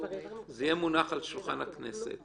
זה יהיה מונח על שולחן הכנסת,